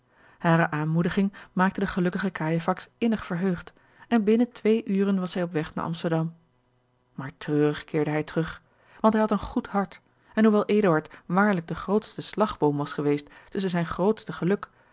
aanmoediging maakte den gelukkigen cajefax innig verheugd en binnen twee uren was hij op weg naar amsterdam maar treurig keerde hij terug want hij had een goed hart en hoewel eduard waarlijk de grootste slagboom was geweest tusschen zijn grootste geluk